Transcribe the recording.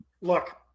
Look